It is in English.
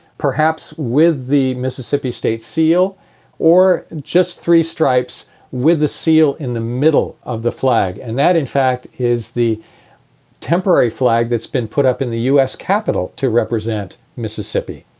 perhaps with the mississippi state seal or just three stripes with the seal in the middle of the flag. and that, in fact, is the temporary flag that's been put up in the us capital to represent mississippi.